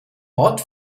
mod